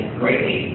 greatly